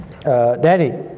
Daddy